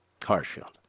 CarShield